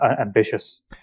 ambitious